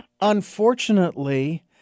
unfortunately